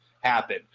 happen